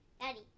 Daddy